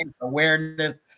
awareness